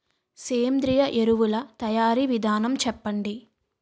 సేంద్రీయ ఎరువుల తయారీ విధానం చెప్పండి?